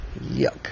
yuck